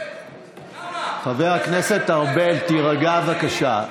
חבר הכנסת ארבל, תירגע, בבקשה.